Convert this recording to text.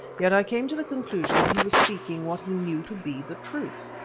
yet i came to the conclusion that he was speaking what he knew to be the truth.